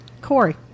Corey